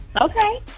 Okay